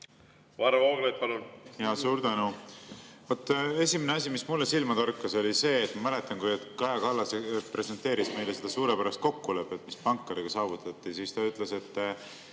Varro Vooglaid, palun! Suur tänu! Esimene asi, mis mulle silma torkas, oli see, et ma mäletan, kui Kaja Kallas presenteeris meile seda suurepärast kokkulepet, mis pankadega saavutati, siis ta ütles, et